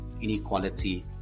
inequality